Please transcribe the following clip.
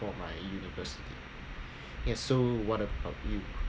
for my university and so what about you